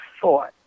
thought